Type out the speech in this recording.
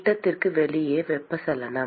திடத்திற்கு வெளியே வெப்பச்சலனம்